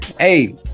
Hey